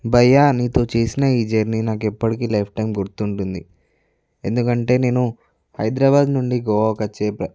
భయ్యా నీతో చేసిన ఈ జర్నీ నాకెప్పడికి లైఫ్టైం గుర్తుంటుంది ఎందుకంటే నేను హైదరాబాద్ నుండి గోవా కొచ్చే